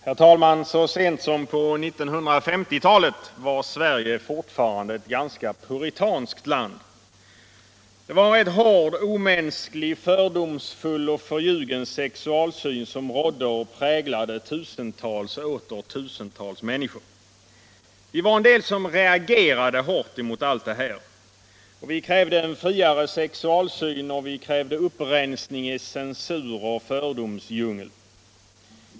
Herr talman! Så sent som på 1950-talet var Sverige fortfarande etw ganska puritanskt land. Det var en hård, omänsklig, fördomsfuill och förljugen sexualsyn som rådde och präglade tusentals och åter tusentals människor. Vi var en del som reagerade hårt mot allt detta. Vi krävde en friare sexualsyn och upprensning i censuroch fördomsdjungeln.